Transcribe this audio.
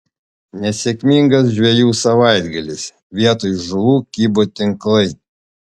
nesėkmingas žvejų savaitgalis vietoj žuvų kibo tinklai